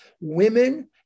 Women